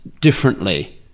differently